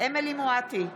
אמילי חיה מואטי,